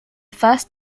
first